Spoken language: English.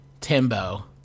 Timbo